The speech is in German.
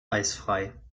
eisfrei